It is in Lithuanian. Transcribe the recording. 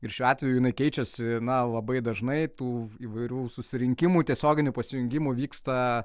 ir šiuo atveju jinai keičiasi na labai dažnai tų įvairių susirinkimų tiesioginių pasijungimų vyksta